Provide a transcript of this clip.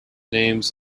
names